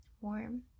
warm